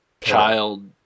child